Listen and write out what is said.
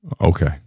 Okay